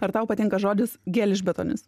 ar tau patinka žodis gelžbetonis